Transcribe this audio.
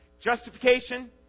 Justification